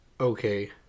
Okay